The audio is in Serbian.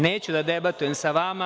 Neću da debatujem sa vama.